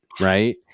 right